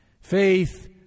Faith